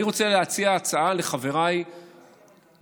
אני רוצה להציע הצעה לחבריי מהקואליציה,